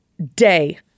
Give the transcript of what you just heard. day